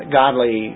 godly